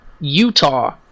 Utah